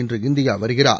இன்று இந்தியா வருகிறார்